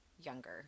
younger